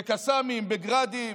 בקסאמים, בגראדים,